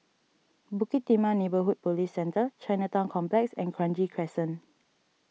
Bukit Timah Neighbourhood Police Centre Chinatown Complex and Kranji Crescent